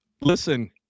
Listen